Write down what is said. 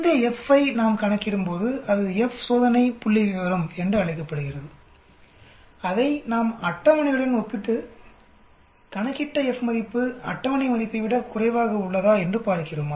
இந்த F ஐ நாம் கணக்கிடும்போது அது F சோதனை புள்ளிவிவரம் என்று அழைக்கப்படுகிறது அதை நாம் அட்டவணையுடன் ஒப்பிட்டு கணக்கிட்ட F மதிப்பு அட்டவணை மதிப்பை விட குறைவாக உள்ளதா என்று பார்க்கிறோம்